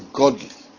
godly